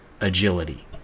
agility